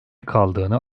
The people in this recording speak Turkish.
kaldığını